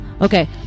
Okay